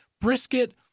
brisket